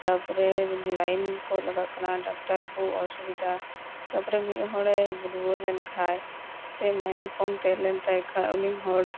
ᱛᱟᱯᱚᱨᱮ ᱞᱟᱭᱤᱱ ᱠᱚ ᱞᱟᱜᱟᱜ ᱠᱟᱱᱟ ᱰᱟᱠᱛᱟᱨ ᱠᱚ ᱚᱥᱩᱵᱤᱫᱟ ᱛᱟᱯᱚᱨᱮ ᱢᱤᱫ ᱦᱚᱲᱮ ᱨᱩᱭᱟᱹ ᱞᱮᱱ ᱠᱷᱟᱡ ᱥᱮ ᱢᱟᱭᱟᱢ ᱠᱚᱢ ᱛᱟᱦᱮᱞᱮᱱ ᱛᱟᱭ ᱠᱷᱟᱡ ᱩᱱᱤ ᱦᱚᱲ